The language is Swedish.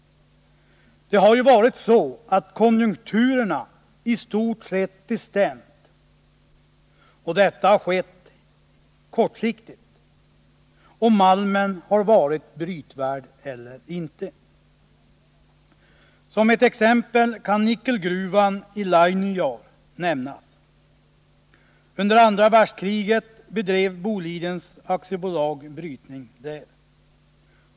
Det har ju varit så att konjunkturerna i stort sett bestämt — och detta har skett kortsiktigt — om malmen har varit brytvärd eller inte. Som ett exempel kan nickelgruvan i Lainejaur nämnas. Under andra världskriget bedrev Boliden AB brytning där.